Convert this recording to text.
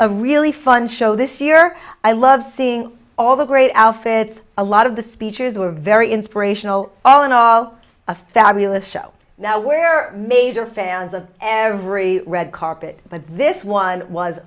a really fun show this year i love seeing all the great outfits a lot of the speeches were very inspirational all in all a fabulous show now where major fans of every red carpet but this one was